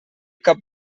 cap